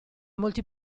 molti